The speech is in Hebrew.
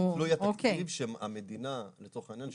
תלוי התקציב שמדינה לצורך העניין,